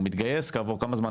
הוא מתגייס כעבור כמה זמן.